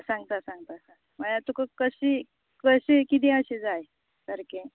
हां सांगता सांगता म्हणल्यार तुका कशी कितें अशे जाय सारके